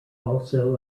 also